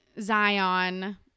Zion